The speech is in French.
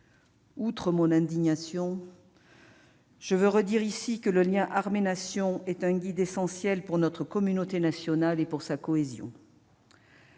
Outre mon indignation, je veux redire que le lien entre l'armée et la Nation est un guide essentiel pour notre communauté nationale et pour sa cohésion